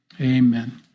amen